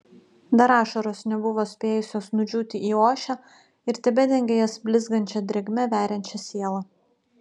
dar ašaros nebuvo spėjusios nudžiūti į ošę ir tebedengė jas blizgančia drėgme veriančia sielą